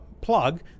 plug